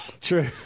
True